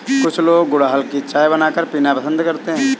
कुछ लोग गुलहड़ की चाय बनाकर पीना पसंद करते है